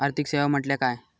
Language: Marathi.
आर्थिक सेवा म्हटल्या काय?